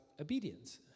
obedience